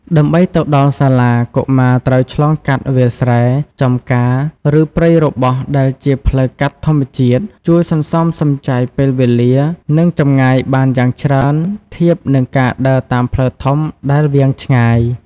ដើម្បីទៅដល់សាលា កុមារត្រូវឆ្លងកាត់វាលស្រែ ចម្ការ ឬព្រៃរបោះ ដែលជា ផ្លូវកាត់ធម្មជាតិ ជួយសន្សំសំចៃពេលវេលា និងចម្ងាយបានយ៉ាងច្រើនធៀបនឹងការដើរតាមផ្លូវធំដែលវាងឆ្ងាយ។